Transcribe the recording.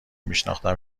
میشناختم